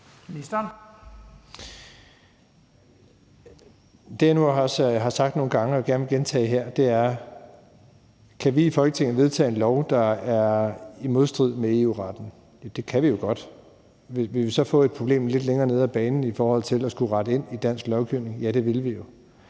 Det, jeg nu også har sagt nogle gange og gerne vil gentage her, er: Kan vi i Folketinget vedtage en lov, der er i modstrid med EU-retten? Det kan vi jo godt. Vil vi så få et problem lidt længere nede ad banen i forhold til at skulle rette ind i dansk lovgivning? Ja, det vil vi jo.